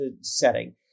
setting